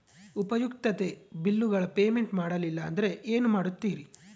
ಉಪಯುಕ್ತತೆ ಬಿಲ್ಲುಗಳ ಪೇಮೆಂಟ್ ಮಾಡಲಿಲ್ಲ ಅಂದರೆ ಏನು ಮಾಡುತ್ತೇರಿ?